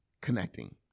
connecting